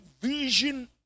vision